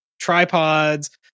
tripods